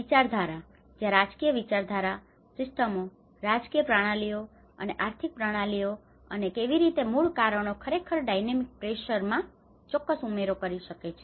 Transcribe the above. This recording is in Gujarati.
વિચારધારા જ્યાં રાજકીય વિચારધારા સિસ્ટમો રાજકીય પ્રણાલીઓ અને આર્થિક પ્રણાલીઓ અને કેવી રીતે આ મૂળ કારણો ખરેખર ડાયનેમિક પ્રેશરમાં ચોક્કસ ઉમેરો કરી શકે છે